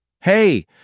hey